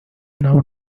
now